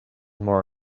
more